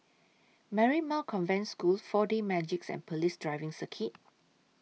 Marymount Convent School four D Magix and Police Driving Circuit